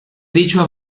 dicho